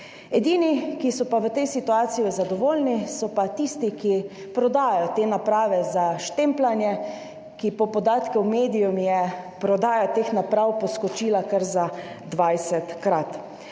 Edini, ki so pa v tej situaciji zadovoljni, so pa tisti, ki prodajajo te naprave za štempljanje, ki jim je po podatku v medijih prodaja teh naprav poskočila za kar 20-krat.